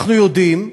אנחנו יודעים,